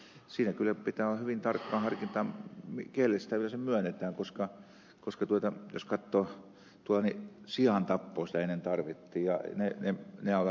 olen kyllä sitä mieltä jotta siinä pitää olla hyvin tarkkaa harkintaa kenelle se yleensä myönnetään koska jos katsoo niin siantappoon sitä ennen tarvittiin ja se homma oli ainakin hyvin hallussa